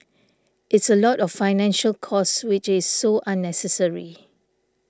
it's a lot of financial cost which is so unnecessary